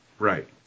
Right